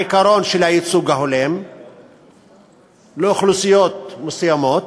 העיקרון של הייצוג ההולם לאוכלוסיות מסוימות.